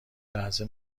لحظه